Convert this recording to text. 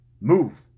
Move